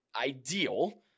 ideal